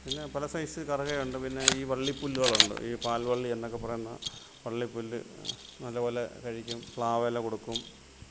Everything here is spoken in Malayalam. പിന്നെ പല സൈസ് കറുകയുണ്ട് പിന്നെ ഈ വള്ളിപുല്ലുകളുണ്ട് ഈ പാൽവള്ളിയെന്നൊക്കെ പറയുന്ന വള്ളിപുല്ല് നല്ലപോലെ കഴിക്കും പ്ലാവില കൊടുക്കും